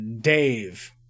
Dave